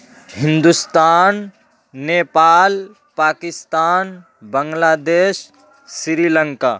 Hindustan Nepal Pakistan Bangladesh Sri Lanka